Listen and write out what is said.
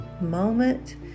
moment